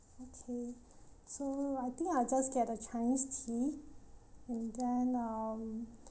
okay so I think I'll just get a chinese tea and then um